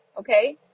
okay